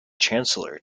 chancellor